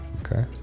okay